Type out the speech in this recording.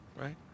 Right